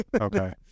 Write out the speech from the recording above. Okay